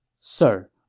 Sir